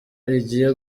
igiye